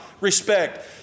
respect